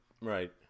Right